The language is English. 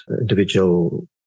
individual